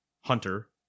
Hunter